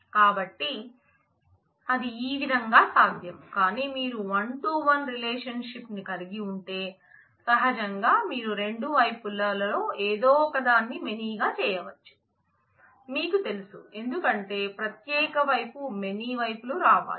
కాబట్టి అది ఆ విధంగా సాధ్యం కానీ మీరు వన్ టూ వన్ రిలేషన్షిప్ వైపులు రావాలి